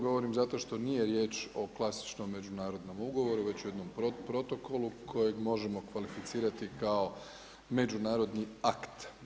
Govorim zato što nije riječ o klasičnom međunarodnom ugovoru već o jednom protokolu kojeg možemo kvalificirati kao međunarodni akt.